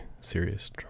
serious